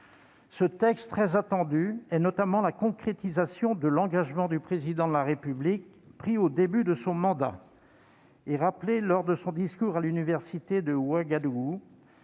Ce texte, très attendu, est notamment la concrétisation de l'engagement du Président de la République, pris au début de son mandat et rappelé lors de son discours à l'université de Ouagadougou,